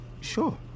Sure